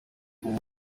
uwo